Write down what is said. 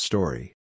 Story